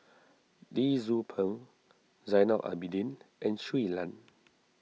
Lee Tzu Pheng Zainal Abidin and Shui Lan